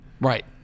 right